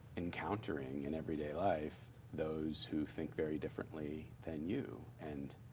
encountering in everyday life those who think very differently than you. and